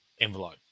envelope